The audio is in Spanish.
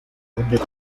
columbia